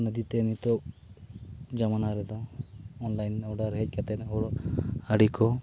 ᱚᱱᱟ ᱤᱫᱤᱛᱮ ᱱᱤᱛᱳᱜ ᱡᱚᱢᱟᱱᱟ ᱨᱮᱫᱚ ᱚᱱᱞᱟᱭᱤᱱ ᱚᱰᱟᱨ ᱦᱮᱡ ᱠᱟᱛᱮᱫ ᱦᱚᱲ ᱟᱹᱰᱤᱠᱚ